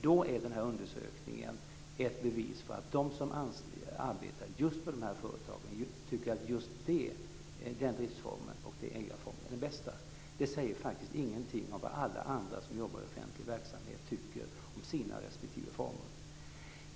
Då är denna undersökning ett bevis på att de som arbetar just i dessa företag tycker att just den driftsformen och den ägarformen är den bästa. Det säger faktiskt ingenting om vad alla andra som jobbar i offentlig verksamhet tycker om sina respektive former.